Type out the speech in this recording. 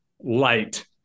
light